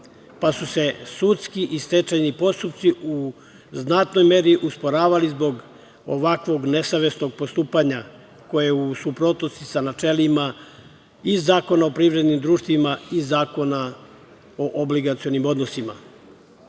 pa su se sudski i stečajni postupci u znatnoj meri usporavali zbog ovakvog nesavesnog postupanja koje je u suprotnosti sa načelima i Zakon o privrednim društvima i Zakona o obligacionim odnosima. Nove